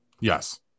Yes